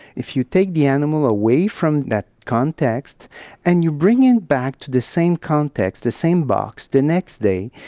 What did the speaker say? if you take the animal away from that context and you bring it back to the same context, the same box the next day,